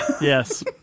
Yes